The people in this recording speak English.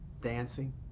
dancing